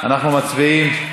אנחנו מצביעים.